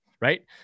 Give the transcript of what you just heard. right